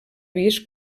vist